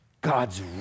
God's